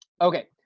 Okay